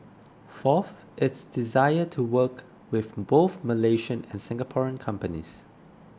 fourth its desire to work with both Malaysian and Singaporean companies